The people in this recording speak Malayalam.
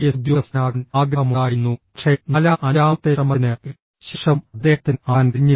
എസ് ഉദ്യോഗസ്ഥനാകാൻ ആഗ്രഹമുണ്ടായിരുന്നു പക്ഷേ നാലാം അഞ്ചാമത്തെ ശ്രമത്തിന് ശേഷവും അദ്ദേഹത്തിന് ആകാൻ കഴിഞ്ഞില്ല